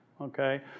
okay